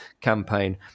campaign